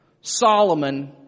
Solomon